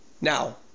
Now